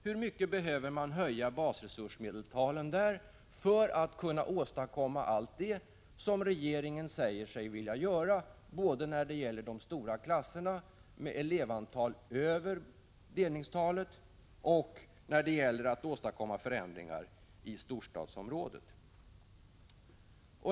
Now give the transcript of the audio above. Hur mycket behöver man höja basresursmedeltalen där för att kunna åstadkomma allt det som regeringen säger sig vilja åstadkomma både när det gäller de stora klasserna med elevantal över delningstalet och när det gäller att få till stånd förändringar i storstadsområdena?